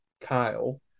Kyle